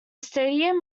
stadium